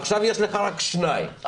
עכשיו יש לך רק שניים בשבוע,